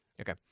Okay